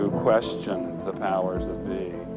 ah questioned the powers that be.